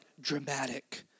dramatic